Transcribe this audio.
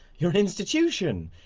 you're an institution.